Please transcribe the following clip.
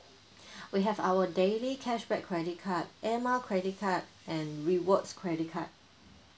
we have our daily cashback credit card air mile credit card and rewards credit card